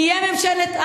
נהיה ממשלת,